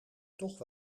toch